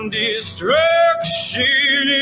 destruction